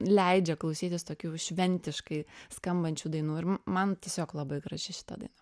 leidžia klausytis tokių šventiškai skambančių dainų ir m man tiesiog labai graži šita daina